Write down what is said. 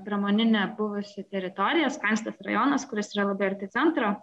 pramoninė buvusi teritorija skaistas rajonas kuris yra labai arti centro